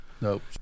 Nope